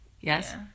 Yes